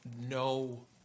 no